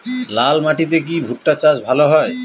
লাল মাটিতে কি ভুট্টা চাষ ভালো হয়?